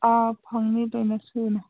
ꯑꯥ ꯐꯪꯅꯤ ꯂꯣꯏꯃꯛ ꯁꯨꯅ